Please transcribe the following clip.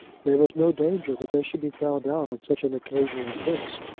there was no danger that they should be found out on such an occasion as this.